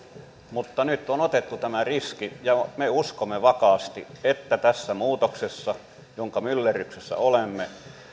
mutta nyt on otettu tämä riski ja me uskomme vakaasti että tässä muutoksessa jonka myllerryksessä olemme